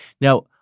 Now